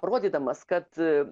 rodydamas kad